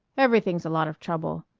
everything's a lot of trouble.